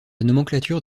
nomenclature